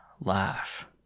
laugh